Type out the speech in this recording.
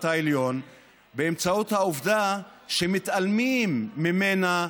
העליון באמצעות העובדה שמתעלמים ממנה,